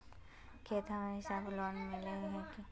खेत के हिसाब से लोन मिले है की?